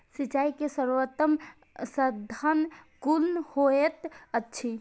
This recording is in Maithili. सिंचाई के सर्वोत्तम साधन कुन होएत अछि?